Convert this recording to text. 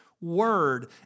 word